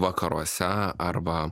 vakaruose arba